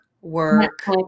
work